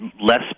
less